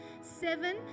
seven